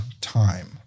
time